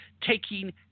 taking